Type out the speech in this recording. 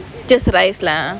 just that iceland